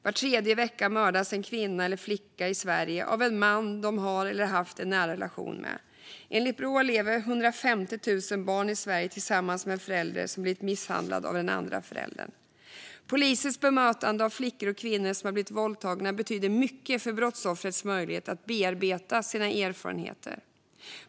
Var tredje vecka mördas en kvinna eller flicka i Sverige av en man de har eller har haft en nära relation med. Enligt Brå lever 150 000 barn i Sverige tillsammans med en förälder som blivit misshandlad av den andra föräldern. Polisers bemötande av flickor och kvinnor som har blivit våldtagna betyder mycket för brottsoffrets möjlighet att bearbeta sina erfarenheter.